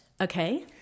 Okay